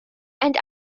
and